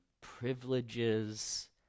privileges